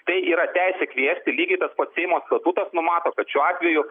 tai yra teisė kviesti lygiai tas pats semo statutas numato kad šiuo atveju